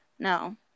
no